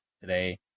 today